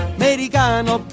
americano